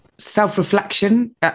self-reflection